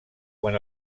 quan